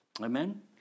Amen